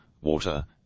water